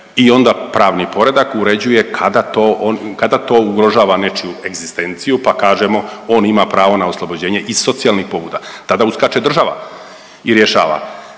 i onda pravni poredak uređuje kada to ugrožava nečiju egzistenciju pa kažemo on ima pravo na oslobođenje iz socijalnih pobuda, tada uskače država i rješava.